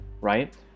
right